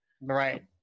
Right